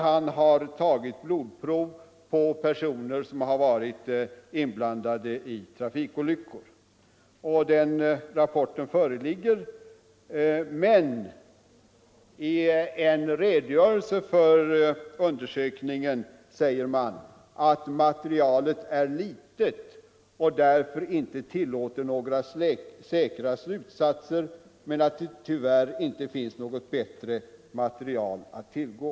Han har tagit blodprov på personer som varit inblandade i trafikolyckor. I en redogörelse för undersökningen sägs att materialet är litet och därför inte tillåter några säkra slutsatser men att det tyvärr inte finns något bättre material att tillgå.